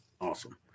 Awesome